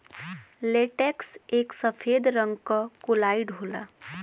latex एक सफेद रंग क कोलाइड होला